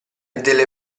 delle